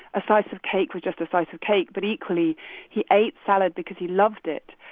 a slice of cake was just a slice of cake, but equally he ate salad because he loved it.